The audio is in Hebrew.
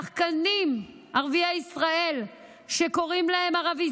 שחקנים ערביי ישראל שקוראים להם "ערבי